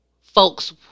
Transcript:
folks